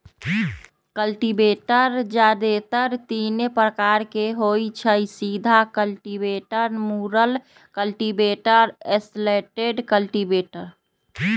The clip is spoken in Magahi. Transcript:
कल्टीवेटर जादेतर तीने प्रकार के होई छई, सीधा कल्टिवेटर, मुरल कल्टिवेटर, स्लैटेड कल्टिवेटर